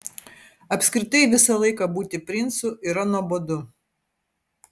apskritai visą laiką būti princu yra nuobodu